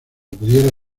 pudiera